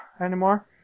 anymore